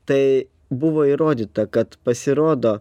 tai buvo įrodyta kad pasirodo